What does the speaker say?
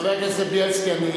חבר הכנסת בילסקי,